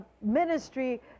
ministry